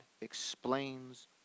explains